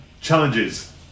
Challenges